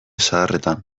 zaharretan